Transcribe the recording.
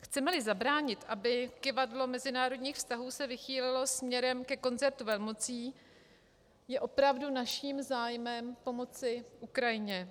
Chcemeli zabránit, aby kyvadlo mezinárodních vztahů se vychýlilo směrem ke koncertu velmocí, je opravdu naším zájmem pomoci Ukrajině.